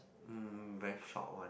mm very short one